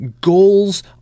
goals